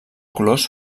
colors